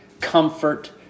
comfort